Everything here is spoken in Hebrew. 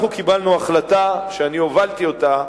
אנחנו קיבלנו החלטה, שאני הובלתי אותה,